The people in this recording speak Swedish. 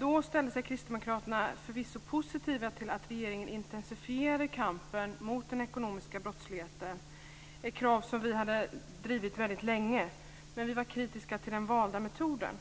Då ställde vi kristdemokrater oss förvisso positiva till att regeringen intensifierade kampen mot den ekonomiska brottsligheten - ett krav som vi hade drivit väldigt länge, men vi var kritiska till den valda metoden.